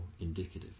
indicative